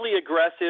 aggressive